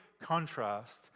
contrast